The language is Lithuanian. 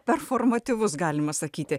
performatyvus galima sakyti